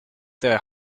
tra